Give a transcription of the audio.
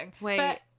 Wait